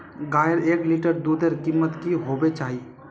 गायेर एक लीटर दूधेर कीमत की होबे चही?